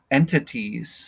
entities